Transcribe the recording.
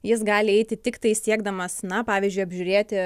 jis gali eiti tiktai siekdamas na pavyzdžiui apžiūrėti